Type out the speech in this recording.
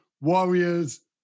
Warriors